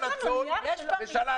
יש פה ------ מישהו במשרד חמד לו לצון ושלח